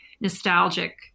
nostalgic